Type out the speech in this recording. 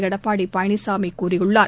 எடப்பாடி பழனிசாமி கூறியுள்ளார்